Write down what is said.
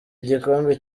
igikombe